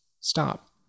stop